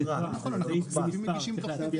נכון, אנחנו לפעמים מגישים תוך כדי.